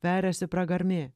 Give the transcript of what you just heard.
veriasi pragarmė